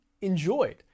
enjoyed